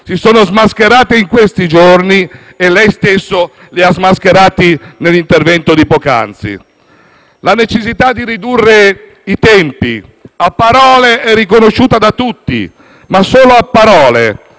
si sono smascherati in questi giorni e lei stesso li ha smascherati nell'intervento di poc'anzi. La necessità di ridurre i tempi, a parole, è riconosciuta da tutti, ma solo a parole: